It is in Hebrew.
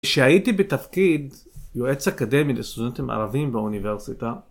כשהייתי בתפקיד כ/34כ'יועץ אקדמי לסטודנטים ערבים באוניברסיטה